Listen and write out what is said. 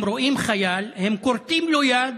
הם רואים חייל, הם כורתים לו יד,